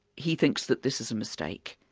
he thinks that this is a mistake.